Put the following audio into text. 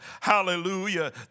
Hallelujah